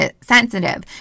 sensitive